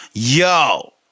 Yo